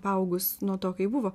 paaugus nuo to kai buvo